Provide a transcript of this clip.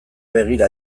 begira